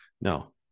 no